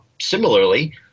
similarly